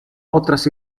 otras